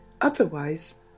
otherwise